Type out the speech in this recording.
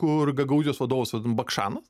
kur gagaūzijos vadovas bakšanas